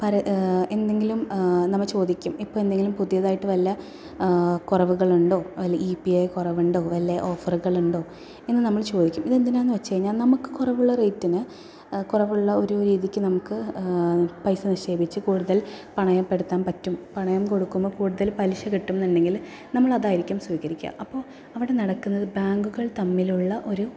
പറ എന്തെങ്കിലും നമ്മൾ ചോദിക്കും ഇപ്പോൾ എന്തെങ്കിലും പുതിയതായിട്ട് വല്ല കുറവുകളുണ്ടോ വല്ല ഇ പി ഐ കുറവുണ്ടോ അല്ലേ ഓഫറുകളുണ്ടോ എന്ന് നമ്മൾ ചോയിക്കും ഇത് എന്തിനാണെന്നു വെച്ചു കഴിഞ്ഞാൽ നമുക്ക് കുറവുള്ള റേറ്റിന് നമുക്ക് കുറവുള്ള ഒരു രീതിക്ക് നമുക്ക് പൈസ നിക്ഷേപിച്ചു കൂടുതൽ പണയപ്പെടുത്താൻ പറ്റും പണയും കൊടുക്കുമ്പോൾ കൂടുതൽ പലിശ കിട്ടുന്നുണ്ടെങ്കിൽ നമ്മൾ അതായിരിക്കും സ്വീകരിക്കുക അപ്പോൾ അവിടെ നടക്കുന്നത് ബാങ്കുകൾ തമ്മിലുള്ള ഒരു